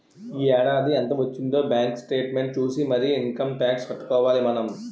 ఈ ఏడాది ఎంత వొచ్చిందే బాంకు సేట్మెంట్ సూసి మరీ ఇంకమ్ టాక్సు కట్టుకోవాలి మనం